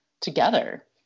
together